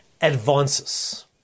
advances